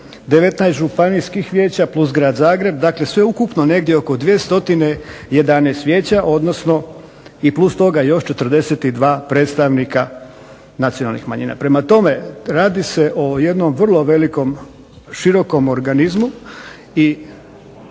19 županijskih vijeća plus Grad Zagreb, dakle sve ukupno negdje oko 211 vijeća i plus toga još 42 predstavnika nacionalnih manjina. Prema tome, radi se o jednom vrlo velikom, širokom organizmu i